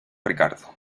ricardo